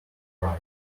arrive